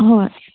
ꯍꯣꯏ